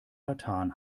vertan